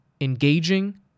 engaging